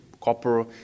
copper